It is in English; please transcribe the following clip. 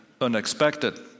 unexpected